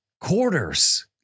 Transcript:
quarters